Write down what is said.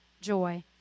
joy